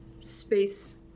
space